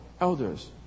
elders